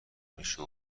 میشه